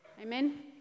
Amen